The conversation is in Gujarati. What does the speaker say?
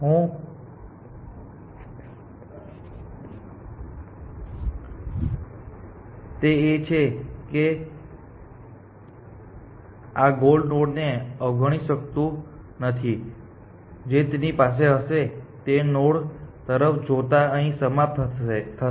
હું જે કહી રહ્યો છું તે એ છે કે અતે આ ગોલ નોડ ને અવગણી શકતું નથી જે તેની પાસે હશે તે નોડ તરફ જોતા તે અહીં સમાપ્ત થશે